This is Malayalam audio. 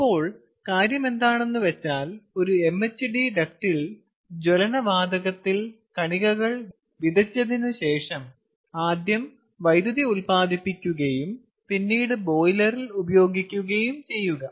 അപ്പോൾ കാര്യം എന്താണെന്നു വെച്ചാൽ ഒരു MHD ഡക്റ്റിൽ ജ്വലന വാതകത്തിൽ കണികകൾ വിതച്ചതിനുശേഷം ആദ്യം വൈദ്യുതി ഉൽപ്പാദിപ്പിക്കുകയും പിന്നീട് ബോയിലറിൽ ഉപയോഗിക്കുകയും ചെയ്യുക